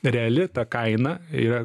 reali ta kaina yra